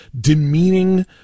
demeaning